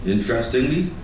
Interestingly